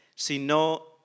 Sino